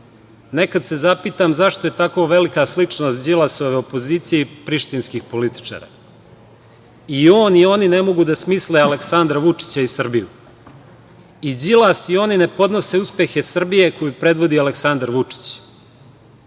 se zapitam zašto je tako velika sličnost Đilasove opozicije i prištinskih političara. I on i oni ne mogu da smisle Aleksandra Vučića i Srbiju. I Đilas i oni ne podnose uspehe Srbije koju predvodi Aleksandar Vučić.